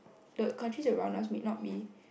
the countries around us may not be